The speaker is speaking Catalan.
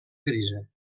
grisa